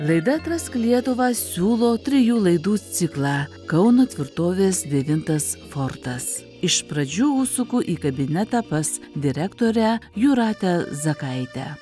laida atrask lietuvą siūlo trijų laidų ciklą kauno tvirtovės devintas fortas iš pradžių užsuku į kabinetą pas direktorę jūratę zakaitę